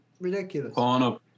ridiculous